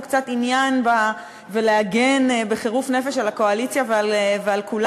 קצת עניין ולהגן בחירוף נפש על הקואליציה ועל כולנו,